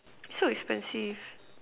so expensive